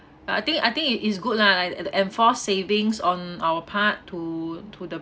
I think I think it is good lah like the enforced savings on our part to to the